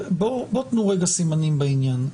בואו תנו רגע סימנים בעניין.